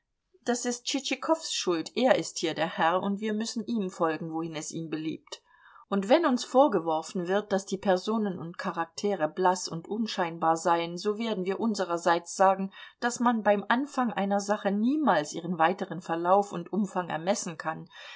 das ist tschitschikows schuld er ist hier der herr und wir müssen ihm folgen wohin es ihm beliebt und wenn uns vorgeworfen wird daß die personen und charaktere blaß und unscheinbar seien so werden wir unsererseits sagen daß man beim anfang einer sache niemals ihren weiteren verlauf und umfang ermessen kann